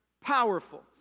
Powerful